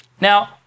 Now